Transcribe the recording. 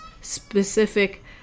specific